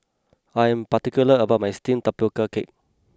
I am particular about my Steamed Tapioca Cake